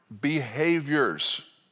behaviors